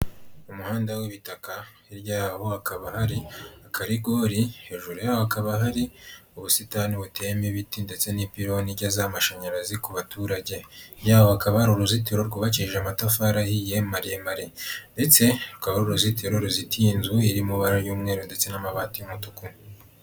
Umuhanda w'ibitaka hirya yaho hakaba hari akarigori hejuru yaho hakaba hari ubusitani buteyemo ibiti ndetse n'ipiloni igeza amamashanyarazi ku baturage yaba akaba ari uruzitiro rwubakishije amatafari ahiye maremare ndetse rukaba ari uruzitiro ruzitiye inzu irimo ibara ry'umweru ndetse n'amabati n'umutuku.